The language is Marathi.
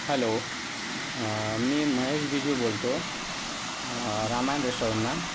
हॅलो मी महेश बिजवे बोलतो रामायण रेस्टॉरंट ना